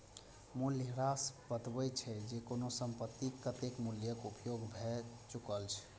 मूल्यह्रास बतबै छै, जे कोनो संपत्तिक कतेक मूल्यक उपयोग भए चुकल छै